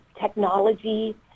technology